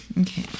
Okay